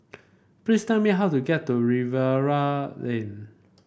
please tell me how to get to Lane